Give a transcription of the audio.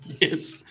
Yes